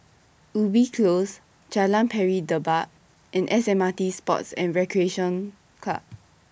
Ubi Close Jalan Pari Dedap and S M R T Sports and Recreation Club